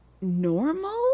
normal